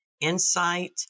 insight